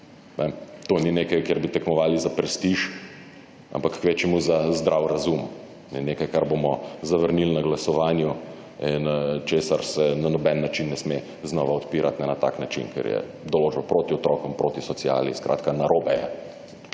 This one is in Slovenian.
To ni nekaj, kjer bi tekmovali za prestiž, ampak kvečjemu za zdrav razum, nekaj kar bomo zavrnili na glasovanju in česar se na noben način ne sme znova odpirati, ne na tak način, ker je določba proti otrokom, proti sociali, skratka narobe